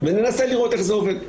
וננסה לראות איך זה עובד.